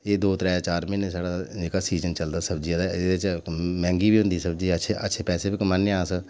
एह् दो चार म्हीने जेह्ड़ा साढ़ा सीजन चलदा सब्जी दा ऐह्दे च मैंह्गी बी होंदी सब्जी अच्छे पेसे बी कमान्ने आं अस